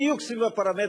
בדיוק סביב הפרמטרים,